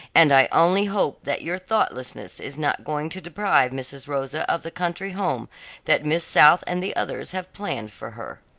and i only hope that your thoughtlessness is not going to deprive mrs. rosa of the country home that miss south and the others have planned for her.